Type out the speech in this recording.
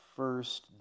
first